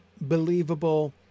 believable